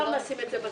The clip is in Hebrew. נשים את זה בצד.